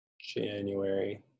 January